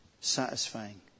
satisfying